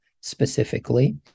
specifically